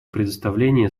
предоставление